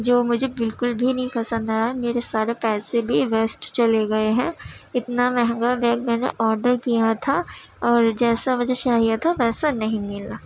جو مجھے بالکل بھی نہیں پسند آیا میرے سارے پیسے بھی ویسٹ چلے گئے ہیں اتنا مہنگا بیگ میں نے آڈر کیا تھا اور جیسا مجھے چاہیے تھا ویسا نہیں ملا